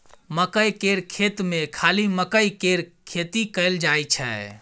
मकई केर खेत मे खाली मकईए केर खेती कएल जाई छै